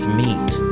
meat